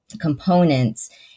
components